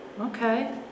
Okay